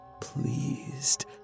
pleased